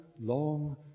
long